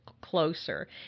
closer